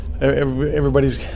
everybody's